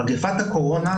מגפת הקורונה,